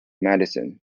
madison